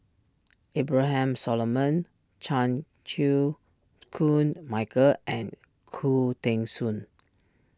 Abraham Solomon Chan Chew Koon Michael and Khoo Teng Soon